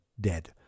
dead